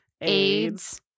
AIDS